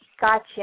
Gotcha